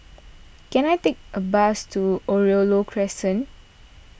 can I take a bus to Oriole Load Crescent